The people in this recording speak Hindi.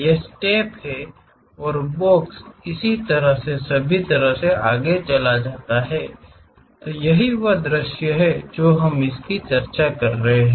ये स्टेप हैं और बॉक्स इस तरह से सभी तरह से आगे चला जाता है यही वह दृश्य है जो हम चर्चा कर रहे हैं